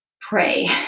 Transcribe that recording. pray